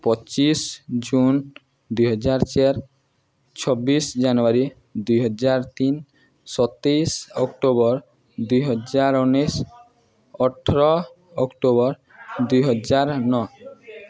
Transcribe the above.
ପଚିଶ ଜୁନ ଦୁଇହଜାର ଚାରି ଛବିଶ ଜାନୁଆରୀ ଦୁଇହଜାର ତିନି ସତେଇଶ ଅକ୍ଟୋବର ଦୁଇହଜାର ଉନିଶ ଅଠର ଅକ୍ଟୋବର ଦୁଇହଜାର ନଅ